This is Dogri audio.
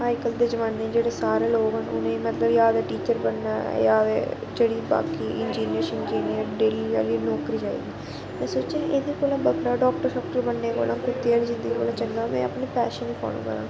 अज्जकल दे जमाने च जेह्ड़े सारे लोक न उनेंगी मतलब जां ते टीचर बनने दा जां ते जेह्ड़ी बाकी इंजीनियर शनजनियर डेली आह्ली नौकरी चाहि्दी में सोचेआ एह्दे कोला बक्खरा डॉक्टर शाक्टर बनने कोला कुत्ते आह्ली जिंदगी कोल चंगा कि में अपने पैशन गी फालो करां